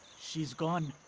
she's gone.